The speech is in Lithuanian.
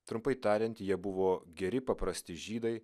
trumpai tariant jie buvo geri paprasti žydai